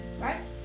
right